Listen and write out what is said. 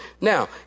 Now